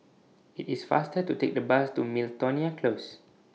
IT IS faster to Take The Bus to Miltonia Close